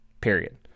period